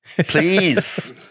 please